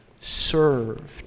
served